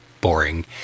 boring